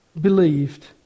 believed